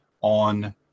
on